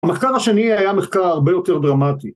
‫המחקר השני היה מחקר ‫הרבה יותר דרמטי.